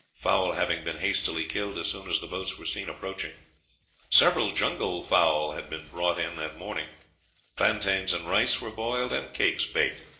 fowl having been hastily killed as soon as the boats were seen approaching several jungle fowl had been brought in that morning plaintains and rice were boiled, and cakes baked.